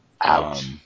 Ouch